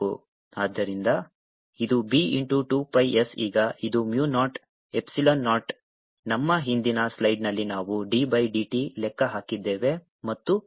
ಆದ್ದರಿಂದ ಇದು B into 2 pi s ಈಗ ಇದು mu ನಾಟ್ ಎಪ್ಸಿಲಾನ್ ನಾಟ್ ನಮ್ಮ ಹಿಂದಿನ ಸ್ಲೈಡ್ನಲ್ಲಿ ನಾವು d ಬೈ dt ಲೆಕ್ಕ ಹಾಕಿದ್ದೇವೆ ಮತ್ತು ಇದು ಇದಕ್ಕೆ ಸಮನಾಗಿರುತ್ತದೆ